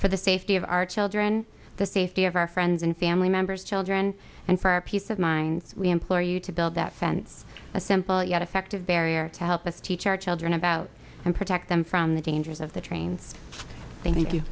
for the safety of our children the safety of our friends and family members children and for our peace of mind we implore you to build that fence a simple yet effective barrier to help us teach our children about and protect them from the dangers of the trains thank you